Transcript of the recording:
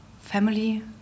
family